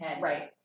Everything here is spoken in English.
Right